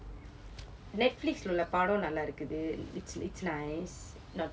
Netflix லே உள்ள படம் நல்லா இருக்குது:le ulla padam nallaa irukkuthu it's it's nice